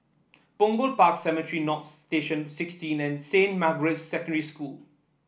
Punggol Park Cemetry North Station sixteen and Saint Margaret's Secondary School